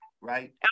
right